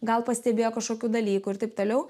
gal pastebėjo kažkokių dalykų ir taip toliau